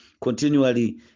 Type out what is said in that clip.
continually